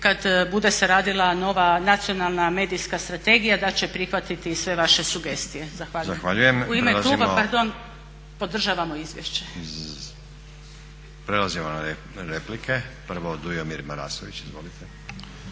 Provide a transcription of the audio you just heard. kad bude se radila nova nacionalna medijska strategija da će prihvatiti i sve vaše sugestije. Zahvaljujem. **Stazić, Nenad (SDP)** Zahvaljujem. …/Upadica Sobol: U ime kluba, pardon, podržavamo izvješće./… Prelazimo na replike. Prvo Dujomir Marasović, izvolite.